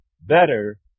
Better